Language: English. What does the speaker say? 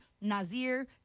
Nazir